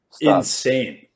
insane